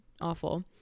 awful